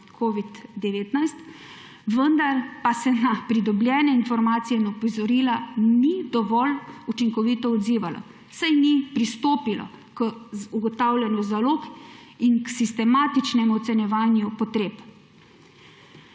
covida-19, vendar pa se na pridobljene informacije in opozorila ni dovolj učinkovito odzivalo, saj ni pristopilo k ugotavljanju zalog in k sistematičnemu ocenjevanju potreb.